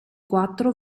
quattro